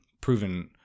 proven